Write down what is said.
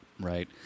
Right